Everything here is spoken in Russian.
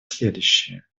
следующее